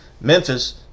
Memphis